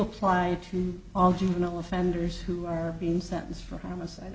apply to all juvenile offenders who are being sentenced for homicide